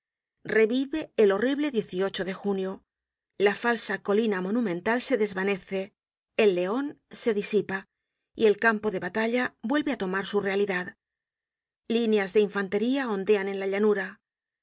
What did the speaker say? revive el horrible de junio la falsa colina monumental se desvanece el leon se disipa y el campo de batalla vuelve á tomar su realidad líneas de infantería ondean en la llanura